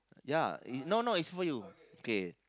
ya no no it's for you okay